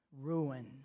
ruin